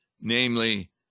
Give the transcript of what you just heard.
namely